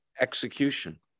execution